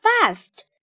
fast